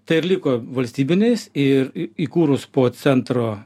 tai ir liko valstybiniais ir įkūrus po centro